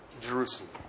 Jerusalem